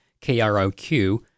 KROQ